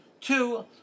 Two